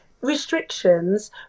restrictions